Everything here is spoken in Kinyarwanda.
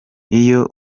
iyo